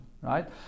right